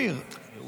אופיר, אני יכול?